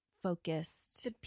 Focused